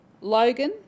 Logan